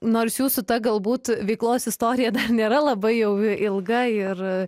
nors jūsų ta galbūt veiklos istorija nėra labai jau ilgai ir